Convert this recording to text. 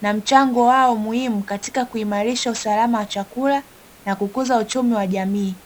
na mchango wao muhimu katika kuimarisha usalama wa chakula na kukuza uchumi wa jamii.